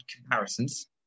comparisons